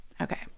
okay